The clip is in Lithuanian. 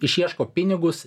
išieško pinigus